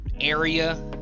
area